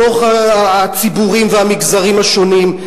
בתוך הציבורים והמגזרים השונים,